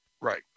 Right